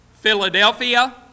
Philadelphia